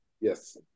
Yes